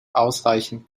ausreichend